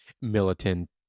militant